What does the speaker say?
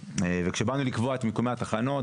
כשבאנו לקבוע את מיקומי התחנות,